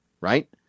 right